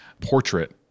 portrait